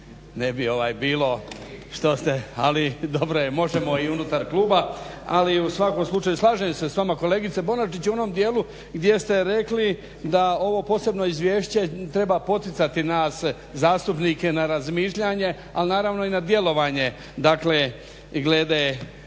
ne bi bilo što ste, ali dobro je možemo i unutar kluba. Ali u svakom slučaju slažem se s vama kolegice Bonačić u onom dijelu gdje ste rekli da ovo posebno izvješće treba poticati nas zastupnike na razmišljanje, ali naravno i na djelovanje, dakle glede